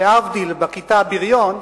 להבדיל, בכיתה, בריון,